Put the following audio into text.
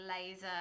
laser